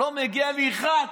לא מגיע לי אחד?